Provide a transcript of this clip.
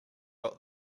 got